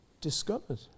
discovered